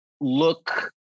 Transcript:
look